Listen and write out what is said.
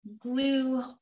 glue